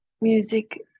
music